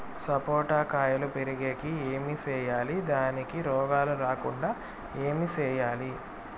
సపోట కాయలు పెరిగేకి ఏమి సేయాలి దానికి రోగాలు రాకుండా ఏమి సేయాలి?